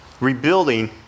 rebuilding